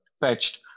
patched